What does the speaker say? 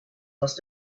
must